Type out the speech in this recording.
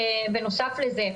בנוסף לזה,